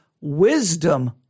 wisdom